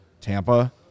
Tampa